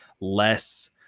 less